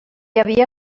havia